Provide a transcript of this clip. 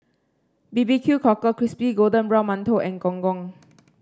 B B Q Cockle Crispy Golden Brown Mantou and Gong Gong